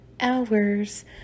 hours